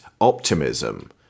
optimism